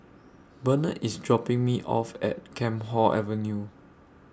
Bernard IS dropping Me off At Camphor Avenue